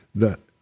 that.